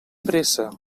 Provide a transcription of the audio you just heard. pressa